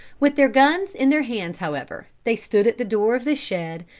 with their guns in their hands however, they stood at the door of the shed,